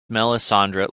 melissandre